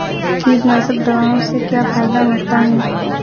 कीटनाशक दवाओं से क्या फायदा होता है?